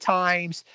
times